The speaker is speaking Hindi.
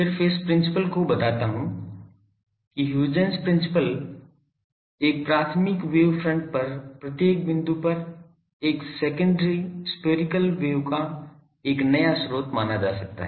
सिर्फ इस प्रिंसिपल को बताता हूं कि ह्यूजेंस प्रिंसिपल एक प्राथमिक वेव फ्रंट पर प्रत्येक बिंदु पर एक सेकेंडरी स्फेरिकल वेव का एक नया स्रोत माना जा सकता है